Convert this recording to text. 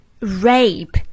Rape